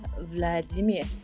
Vladimir